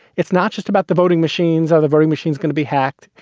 it's not just about the voting machines or the voting machines going to be hacked.